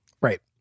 Right